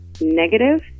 negative